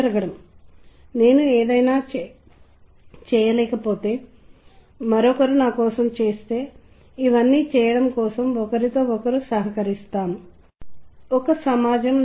ఉదాహరణకు ఇక్కడ నేను ఎడ్నా సెయింట్ విన్సెంట్ మిల్లీ రాసిన కవితను ఉదాహరణగా తీసుకుంటాను